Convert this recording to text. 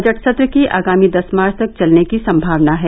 budget सत्र के आगामी दस मार्च तक चलने की सम्भावना है